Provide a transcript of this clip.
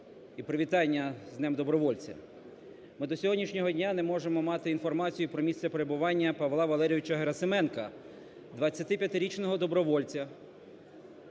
і привітання з Днем добровольця, ми до сьогоднішнього дня не можемо мати інформацію про місце перебування Павла Валерійовича Герасименка, 25-річного добровольця